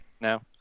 No